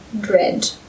dread